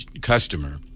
customer